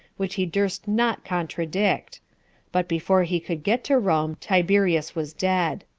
which he durst not contradict but before he could get to rome tiberius was dead.